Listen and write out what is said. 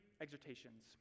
exhortations